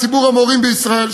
ציבור המורים בישראל,